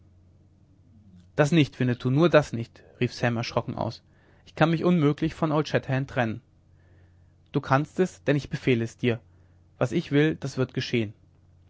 das nicht winnetou nur das nicht rief sam erschrocken aus ich kann mich unmöglich von old shatterhand trennen du kannst es denn ich befehle es dir was ich will das wird geschehen